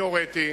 אני הוריתי,